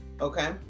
Okay